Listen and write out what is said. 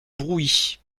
brouis